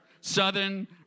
Southern